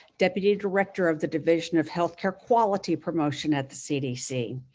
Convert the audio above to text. deputy director of the division of healthcare quality promotion at the cdc.